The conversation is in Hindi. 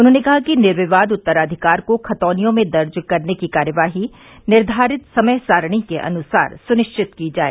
उन्होंने कहा कि निर्विवाद उत्तराधिकार को खतौनियों में दर्ज करने की कार्यवाही निर्धारित समय सारणी के अनुसार सुनिश्चित की जाए